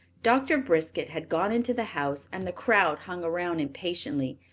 doctor briskett had gone into the house and the crowd hung around impatiently,